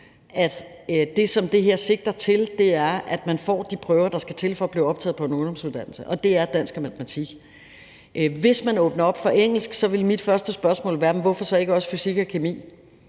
at det, som det her sigter til, er, at man tager de prøver, der skal til for at blive optaget på en ungdomsuddannelse, og det er dansk og matematik. Hvis man åbner op for engelsk, vil mit første spørgsmål være: Hvorfor så ikke også fysik/kemi?